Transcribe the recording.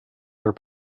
their